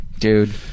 Dude